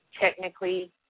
technically